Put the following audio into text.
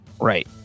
Right